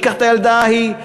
ומי ייקח את הילדה ההיא,